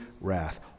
wrath